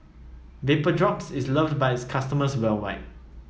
Vapodrops is loved by its customers worldwide